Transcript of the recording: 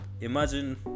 imagine